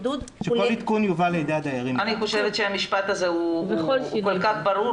אני חושבת שהמשפט הזה הוא כל כך ברור,